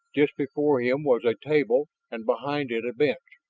just before him was a table and behind it a bench,